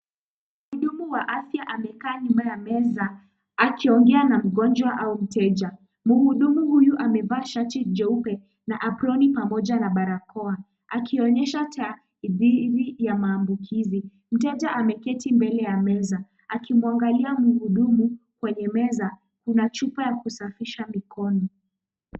Mhudumu wa afya amekaa nyuma ya meza akiongea na mgonjwa au mteja. Mhudumu huyu amevaa shati jeupe na aproni pamoja na barakoa, akionyesha tadhmini ya maambukizi. Mteja ameketi mbele ya meza, akimwangalia mhudumu kwenye meza. Kuna chupa ya kusafisha mikono.